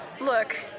Look